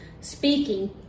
speaking